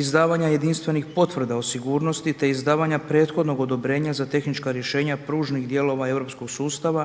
izdavanja jedinstvenih potvrda o sigurnosti te izdavanja prethodnog odobrenja za tehnička rješenja pružnih dijelova europskog sustava